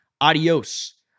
Adios